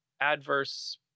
adverse